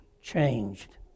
Changed